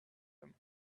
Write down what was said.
him